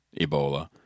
Ebola